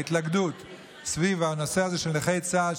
ההתלכדות סביב הנושא הזה של נכי צה"ל,